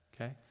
okay